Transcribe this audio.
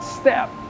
step